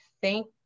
Thank